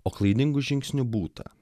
o klaidingų žingsnių būta